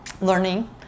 learning